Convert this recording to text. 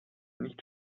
nicht